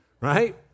right